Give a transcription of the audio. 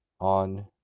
on